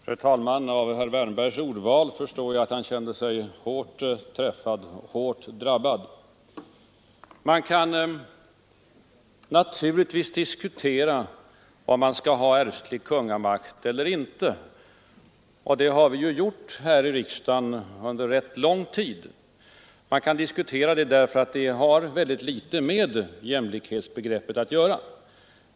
Fru talman! Av herr Wärnbergs ordval förstår jag att han känt sig hårt drabbad av mitt inlägg. Man kan naturligtvis diskutera om man skall ha ärftlig kungamakt eller inte — och det har vi ju gjort här i riksdagen under rätt lång tid — därför att det har väldigt litet med jämlikhetsbegrepp att göra.